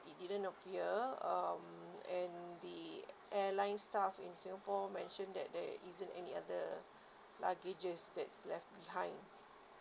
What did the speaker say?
it didn't appear um and the airline staff in singapore mention that there isn't any other luggages that's left behind